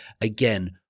again